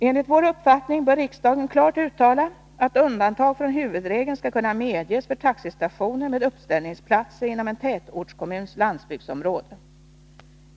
Enligt vår uppfattning bör riksdagen klart uttala att undantag från huvudregeln skall kunna medges för taxistationer med uppställningsplatser inom en tätortskommuns landsbygdsområde.